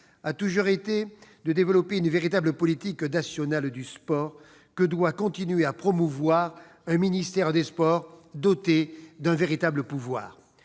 a toujours été de développer une véritable politique nationale du sport que doit continuer à promouvoir un ministère des sports doté d'un véritable pouvoir.